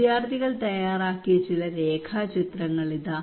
വിദ്യാർത്ഥികൾ തയ്യാറാക്കിയ ചില രേഖാചിത്രങ്ങൾ ഇതാ